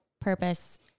purpose